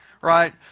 right